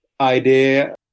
idea